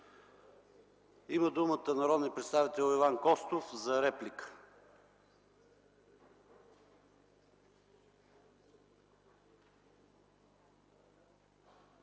Има думата народният представител Иван Костов за реплика.